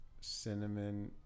Cinnamon